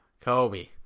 Kobe